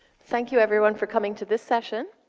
thank you everyone for coming to this session.